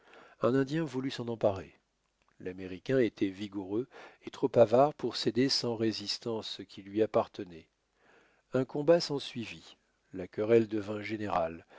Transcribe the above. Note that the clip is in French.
un indien voulut s'en emparer l'américain était vigoureux et trop avare pour céder sans résistance ce qui lui appartenait un combat s'ensuivit la querelle devint générale